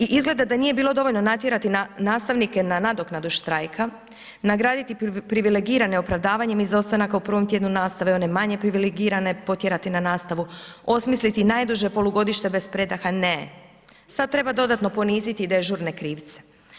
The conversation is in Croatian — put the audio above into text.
I izgleda da nije bilo dovoljno natjerati nastavnike na nadoknadu štrajka, nagraditi privilegirane opravdavanjem izostanaka u prvom tjednu nastave i one manje privilegirane potjerati na nastavu, osmisliti najduže polugodište bez predaha, ne, sad treba dodatno poniziti i dežurne krivce.